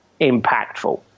impactful